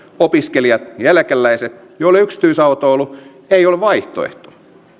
opiskelijat ja eläkeläiset joille yksityisautoilu ei ole vaihtoehto